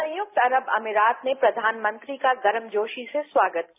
संयुक्त अरब अमीरात ने प्रयानमंत्री का गर्मजोशी से स्वागत किया